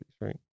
right